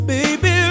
Baby